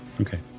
Okay